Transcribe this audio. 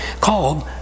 called